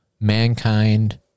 Mankind